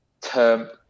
term